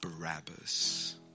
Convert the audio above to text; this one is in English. Barabbas